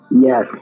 Yes